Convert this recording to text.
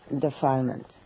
defilement